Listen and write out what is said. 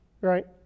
right